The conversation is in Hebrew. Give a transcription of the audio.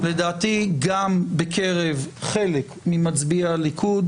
לדעתי גם בקרב חלק ממצביעי הליכוד,